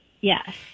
Yes